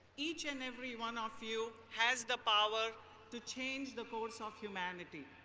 each and every one of you has the power to change the course of humanity.